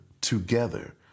together